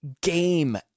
game